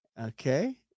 Okay